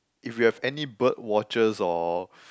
if we have any bird watchers or